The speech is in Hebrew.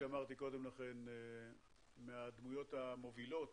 ומהדמויות המובילות